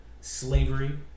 Slavery